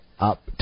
up